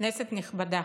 כנסת נכבדה,